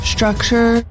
Structure